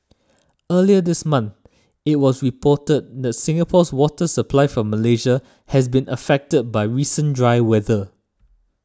earlier this month it was reported that Singapore's water supply from Malaysia has been affected by recent dry weather